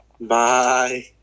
bye